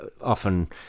often